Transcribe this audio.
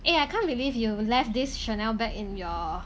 eh I can't believe you left this Chanel bag in your